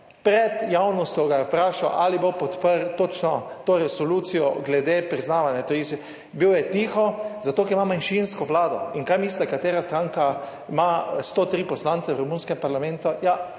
Pred javnostjo ga je vprašal, ali bo podprl točno to resolucijo glede priznavanja /nerazumljivo/. Bil je tiho, zato ker ima manjšinsko vlado. In kaj mislite, katera stranka ima 103 poslance v romunskem parlamentu?